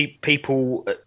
People